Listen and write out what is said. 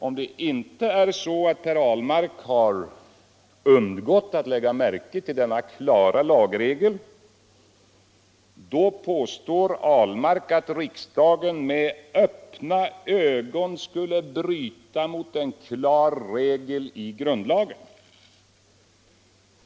Om det inte är så att Per Ahlmark har undgått att lägga märke till denna klara lagregel, så påstår herr Ahlmark att riksdagen med öppna ögon skulle bryta mot en klar regel i grundlagen.